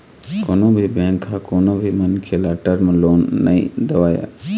कोनो भी बेंक ह कोनो भी मनखे ल टर्म लोन नइ देवय